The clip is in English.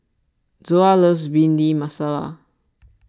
Zoa loves Bhindi Masala